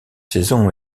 saison